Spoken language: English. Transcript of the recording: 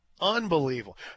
Unbelievable